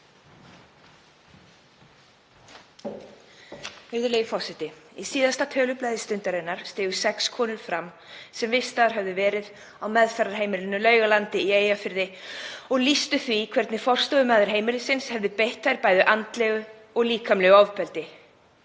Virðulegi forseti. Í síðasta tölublaði Stundarinnar stigu fram sex konur sem vistaðar höfðu verið á meðferðarheimilinu Laugalandi í Eyjafirði og lýstu því hvernig forstöðumaður heimilisins hefði beitt þær bæði andlegu og líkamlegu ofbeldi.